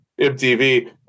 MTV